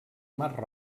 mar